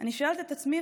אני שואלת את עצמי,